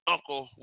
Uncle